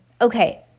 Okay